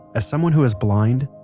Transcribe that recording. as someone who is blind,